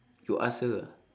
you ask her ah